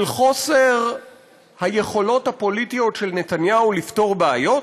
של חוסר היכולות הפוליטיות של נתניהו לפתור בעיות?